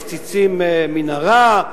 מפציצים מנהרה,